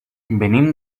venim